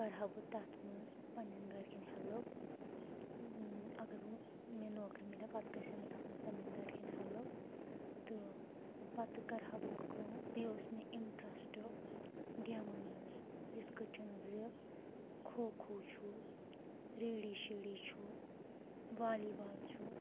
کَرہا بہٕ تَتھ منٛز پنٛنٮ۪ن گَرکٮ۪ن ہٮ۪لٕپ اَگر بہٕ مےٚ نوکری مِلہِ ہا پَتہٕ گژھِ ہا مےٚ تَتھ منٛز پنٛنٮ۪ن گَرکٮ۪ن ہٮ۪لٕپ تہٕ پَتہٕ کَرہا بہٕ کٲم بیٚیہِ اوس مےٚ اِنٹرٛسٹ گیمَن منٛز یِتھ کٔٹھۍ زِ کھو کھو چھُ ریڈی شیڈی چھُ والی بال چھُ